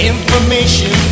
Information